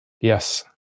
Yes